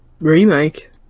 remake